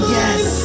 yes